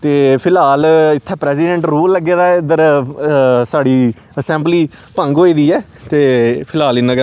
ते फिलहाल इत्थै प्रैसिडेंट रूल लग्गे दा ऐ इद्धर साढ़ी असैंबली भंग होई दी ऐ ते फिलहाल इन्ना गै